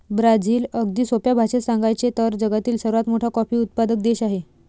Brazil, अगदी सोप्या भाषेत सांगायचे तर, जगातील सर्वात मोठा कॉफी उत्पादक देश आहे